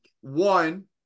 one